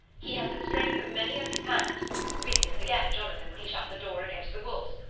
he has the strength of many of his hand witness again jonathan when he shut the door against the wolfs,